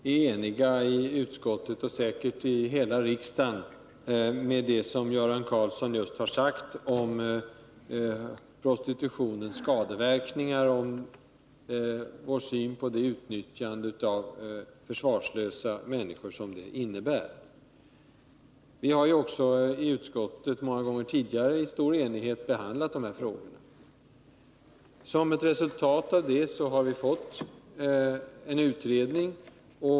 Herr talman! Vi är i utskottet, och säkert i hela riksdagen, eniga om det som Göran Karlsson just har sagt om prostitutionens skadeverkningar och vår syn på det utnyttjande av försvarslösa människor som prostitution innebär. Vi har också i utskottet många gånger tidigare i stor enighet behandlat dessa frågor. Som ett resultat av detta har vi fått en utredning.